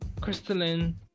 crystalline